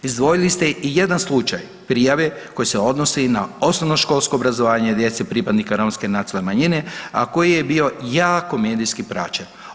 Izdvojili ste i jedan slučaj prijave koji se odnosi na osnovnoškolsko obrazovanje djece pripadnika romske nacionalne manjine, a koji je bio jako medijski praćen.